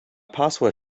password